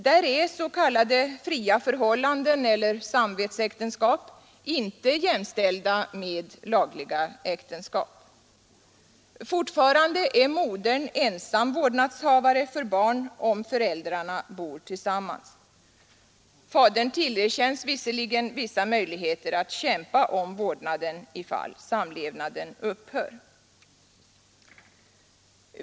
Där är s.k. fria förhållanden eller samvetsäktenskap inte jämställda med lagliga äktenskap. Fortfarande är modern ensam vårdnadshavare för barn om föräldrarna bor tillsammans. Fadern tillerkänns visserligen vissa möjligheter att kämpa om vårdnaden ifall samlevnaden upphör.